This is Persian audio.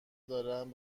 دارن